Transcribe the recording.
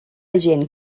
gent